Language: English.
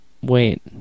Wait